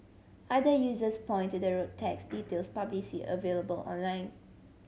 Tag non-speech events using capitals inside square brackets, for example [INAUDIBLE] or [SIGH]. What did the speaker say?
other users point to the road tax details [UNINTELLIGIBLE] available online